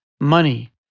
money